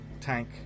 tank